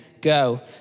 go